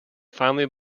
finely